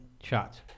shots